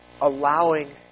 allowing